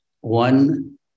one